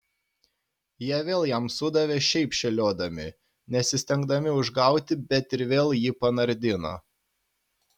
jie vėl jam sudavė šiaip šėliodami nesistengdami užgauti bet ir vėl jį panardino